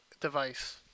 device